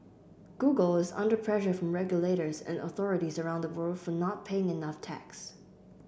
Google is under pressure from regulators and authorities around the world for not paying enough tax